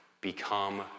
Become